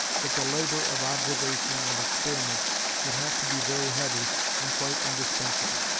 that the labour of observation and experiment would have to be very heavy and quite indispensable.